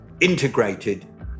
integrated